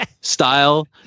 style